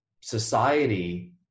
society